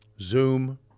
Zoom